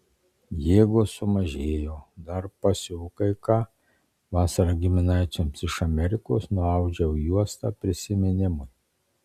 jėgos sumažėjo dar pasiuvu kai ką vasarą giminaičiams iš amerikos nuaudžiau juostą prisiminimui